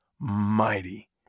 mighty